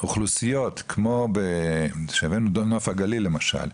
אוכלוסיות כמו של נוף הגליל למשל,